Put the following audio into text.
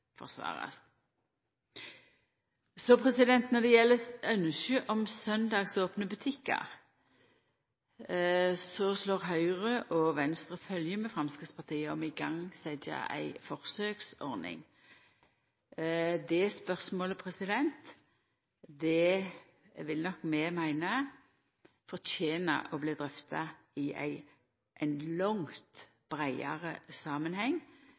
Når det gjeld ynsket om søndagsopne butikkar, slår Høgre og Venstre følgje med Framstegspartiet i forslaget om å setja i gang ei forsøksordning. Dette spørsmålet meiner vi fortener å bli drøfta i ein langt breiare samanheng